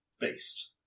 Based